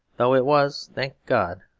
though it was, thank god,